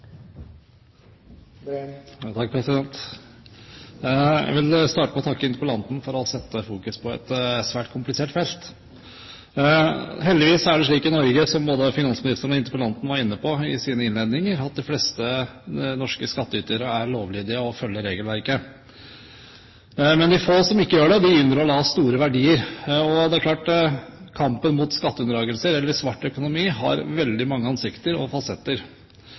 for å sette fokus på et svært komplisert felt. Heldigvis er det slik i Norge, som både finansministeren og interpellanten var inne på i sine innledninger, at de fleste norske skattytere er lovlydige og følger regelverket. Men de få som ikke gjør det, de unndrar store verdier. Det er klart at kampen mot skatteunndragelser eller svart økonomi har veldig mange ansikter og